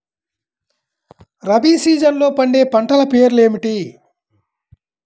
రబీ సీజన్లో పండే పంటల పేర్లు ఏమిటి?